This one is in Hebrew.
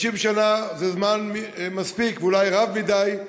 50 שנה זה זמן מספיק, ואולי רב מדיי,